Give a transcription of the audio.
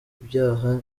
byaha